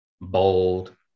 bold